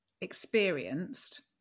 experienced